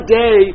day